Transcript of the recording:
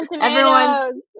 Everyone's